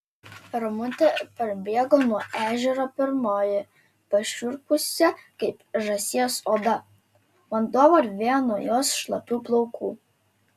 ramutė parbėgo nuo ežero pirmoji pašiurpusia kaip žąsies oda vanduo varvėjo nuo jos šlapių plaukų